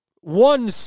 one